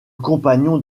compagnon